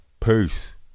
peace